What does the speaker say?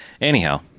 Anyhow